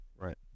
Right